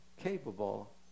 capable